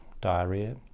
diarrhea